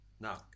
Now